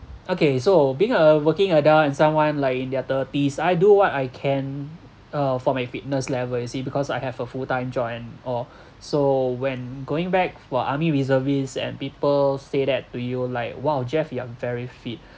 okay so being a working adult and someone like in their thirties I do what I can uh for my fitness level you see because I have a full-time job and all so when going back for army reservists and people say that to you like !wow! jeff you are very fit